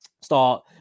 start